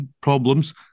problems